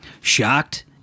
Shocked